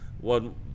one